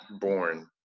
born